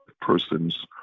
persons